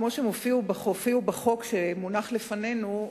כמו שהופיעו בחוק שמונח לפנינו,